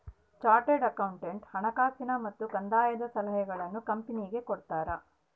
chartered accountant ಹಣಕಾಸಿನ ಮತ್ತು ಕಂದಾಯದ ಸಲಹೆಗಳನ್ನು ಕಂಪನಿಗೆ ಕೊಡ್ತಾರ